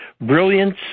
brilliance